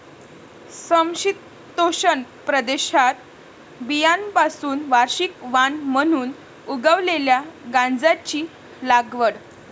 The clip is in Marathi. समशीतोष्ण प्रदेशात बियाण्यांपासून वार्षिक वाण म्हणून उगवलेल्या गांजाची लागवड